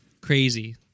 crazy